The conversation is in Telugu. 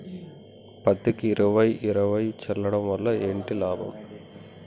పత్తికి ఇరవై ఇరవై చల్లడం వల్ల ఏంటి లాభం?